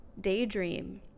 daydream